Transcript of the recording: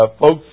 folks